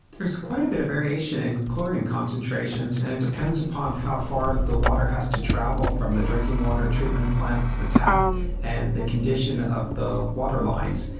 there's quite a bit of variation in chlorine concentrations and it depends upon how far the water has to travel from the drinking water treatment plant to the tap and the condition of the water lines.